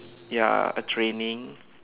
ya a training